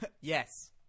Yes